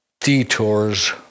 detours